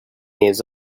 years